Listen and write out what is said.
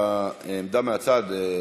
בעמדה מהצד,